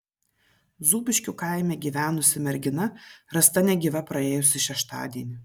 zūbiškių kaime gyvenusi mergina rasta negyva praėjusį šeštadienį